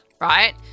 right